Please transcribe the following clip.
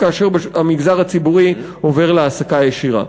כאשר המגזר הציבורי עובר להעסקה ישירה.